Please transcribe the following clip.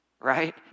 right